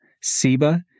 Seba